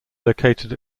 located